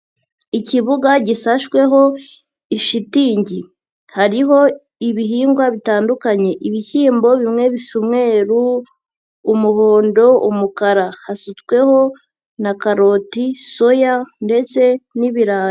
Ikibuga gisashweho ishitingi, hariho ibihingwa bitandukanye, ibishyimbo bimwe bisa umweru, umuhondo, umukara, hasutsweho na karoti, soya ndetse n'ibirayi.